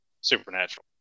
supernatural